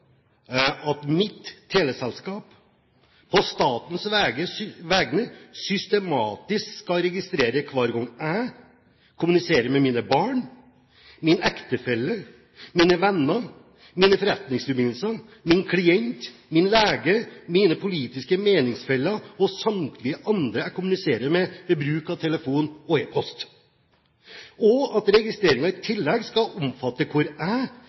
«kreve at mitt teleselskap på statens vegne systematisk skal registrere hver gang jeg kommuniserer med mine barn, min ektefelle, mine venner, mine forretningsforbindelser, mine klienter, min lege, mine politiske meningsfeller og samtlige andre jeg kommuniserer med ved bruk av telefon og epost. Og at registreringen i tillegg skal omfatte hvor